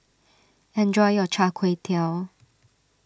enjoy your Char Kway Teow